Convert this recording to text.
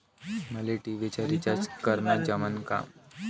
मले टी.व्ही चा रिचार्ज करन जमन का?